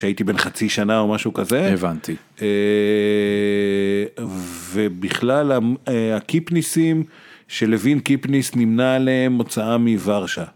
הייתי בן חצי שנה או משהו כזה הבנתי ובכלל הקיפניסים שלווין קיפניס נמנה עליהם מוצאם מוורשה.